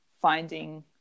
finding